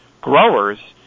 growers